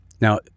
Now